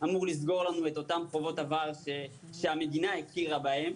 אמור לסגור לנו את אותם חובות עבר שהמדינה הכירה בהם.